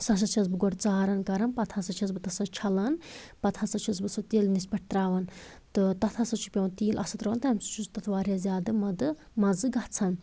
سٔہ ہسا چھَس بہٕ گۄڈٕ ژاران کَران پتہٕ ہسا چھَس بہٕ سٔہ چھلان پتہٕ ہسا چھَس بہٕ سُہ تیٚلنِس پٮ۪ٹھ تراوان تہٕ تَتھ ہسا چھِ پٮ۪وان تیٖل اَصٕل تراوُن تٔمۍ سۭتۍ چھِ تَتھ واریاہ زیادٕ مٕدٕ مَزٕ گژھان